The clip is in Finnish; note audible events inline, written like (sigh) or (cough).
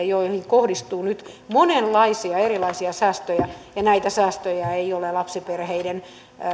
(unintelligible) joihin kohdistuu nyt monenlaisia erilaisia säästöjä ja näitä säästöjä ei ole lapsiperheiden